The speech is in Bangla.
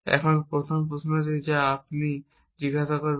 এখন প্রথম প্রশ্নটি যা আপনি জিজ্ঞাসা করবেন